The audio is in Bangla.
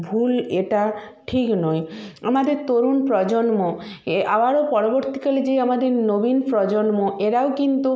ভুল এটা ঠিক নয় আমাদের তরুণ প্রজন্ম এ আবারো পরবর্তীকালে যে আমাদের নবীন প্রজন্ম এরাও কিন্তু